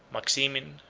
maximin,